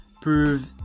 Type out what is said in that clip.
prove